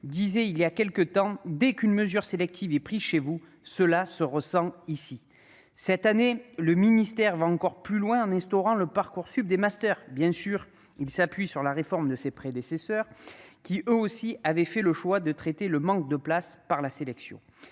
ainsi récemment :« Dès qu'une mesure sélective est prise chez vous, cela se ressent ici. » Cette année, le ministre va encore plus loin en instaurant le Parcoursup des masters. Bien sûr, il s'appuie sur la réforme de ses prédécesseurs, qui, eux aussi, avaient fait le choix de traiter le manque de places par la sélection,